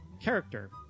character